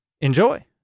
enjoy